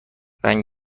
رنگین